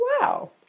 Wow